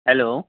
hello